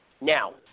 Now